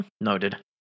Noted